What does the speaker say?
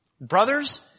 Brothers